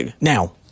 Now